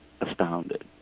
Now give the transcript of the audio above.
astounded